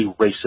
racist